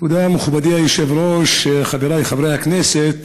תודה, מכובדי היושב-ראש, חבריי חברי הכנסת,